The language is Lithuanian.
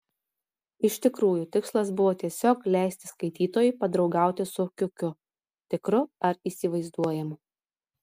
iš tikrųjų tikslas buvo tiesiog leisti skaitytojui padraugauti su kiukiu tikru ar įsivaizduojamu